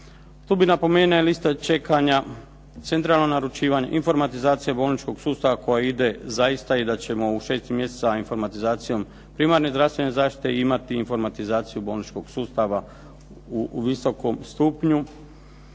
Tu bih napomenuo i liste čekanja, centralno naručivanje, informatizacija bolničkog sustava koja ide zaista i da ćemo u 6. mjeseca sa informatizacijom primarne zdravstvene zaštite imati i informatizaciju bolničkog sustava u visokom stupnju.